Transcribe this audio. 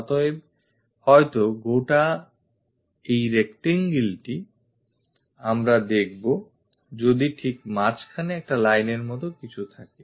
অতএব হয়তো বা এই গোটা rectangleটি আমরা দেখবো যদি ঠিক মাঝখানে একটা lineএর মতো কিছু থাকে